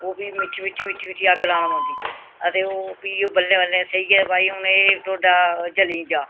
ओह् फ्ही मिट्ठी मिट्ठी मिट्ठी मिट्ठी अग्ग लाना पौंदी आं ते ओह् फ्ही ओह् बल्लें बल्लें सेही ऐ भई हून एह् टोडा जली नी जा